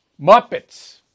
Muppets